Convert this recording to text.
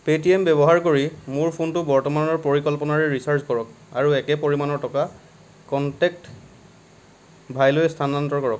pay T M ব্যৱহাৰ কৰি মোৰ ফোনটো বৰ্তমানৰ পৰিকল্পনাৰে ৰিচাৰ্জ কৰক আৰু একে পৰিমাণৰ টকা কনটেক্ট ভাই লৈ স্থানান্তৰ কৰক